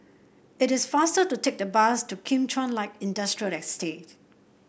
it is faster to take the bus to Kim Chuan Light Industrial Estate